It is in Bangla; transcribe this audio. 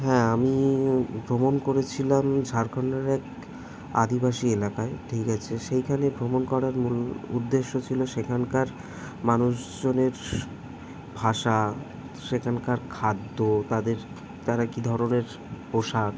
হ্যাঁ আমি ভ্রমণ করেছিলাম ঝাড়খণ্ডের এক আদিবাসী এলাকায় ঠিক আছে সেইখানে ভ্রমণ করার মূল উদ্দেশ্য ছিল সেখানকার মানুষজনের ভাষা সেখানকার খাদ্য তাদের তারা কী ধরনের পোশাক